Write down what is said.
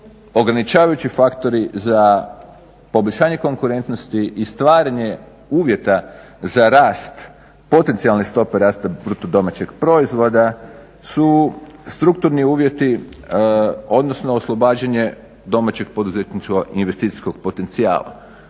ograničavajući faktori za poboljšanje konkurentnosti i stvaranje uvjeta za rast potencijalne stope rasta BDP-a su strukturni uvjeti odnosno oslobađanje domaćeg poduzetničko investicijskog potencijala.